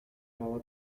cada